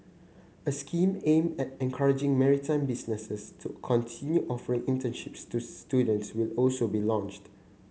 a scheme aimed at encouraging maritime businesses to continue offering internships to student will also be launched